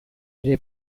ere